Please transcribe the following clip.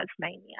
Tasmania